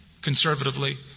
conservatively